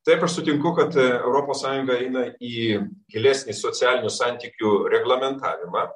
taip aš sutinku kad europos sąjunga eina į gilesnį socialinių santykių reglamentavimą